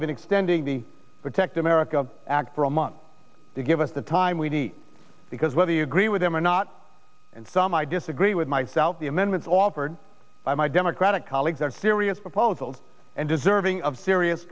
even extending the protect america act for a month to give us the time we need because whether you agree with them or not and some i disagree with my south the amendments offered by my democratic colleagues are serious proposals and deserving of serious